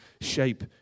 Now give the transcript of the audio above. shape